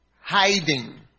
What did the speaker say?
Hiding